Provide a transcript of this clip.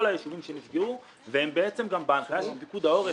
כל הישובים שנפגעו ובהנחיה של פיקוד העורף